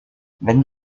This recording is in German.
wenn